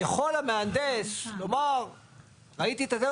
יכול המהנדס לומר ראיתי את זה,